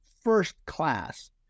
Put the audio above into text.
first-class